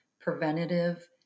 preventative